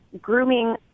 grooming